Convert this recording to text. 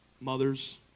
Mothers